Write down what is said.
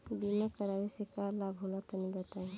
बीमा करावे से का लाभ होला तनि बताई?